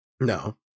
no